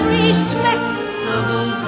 respectable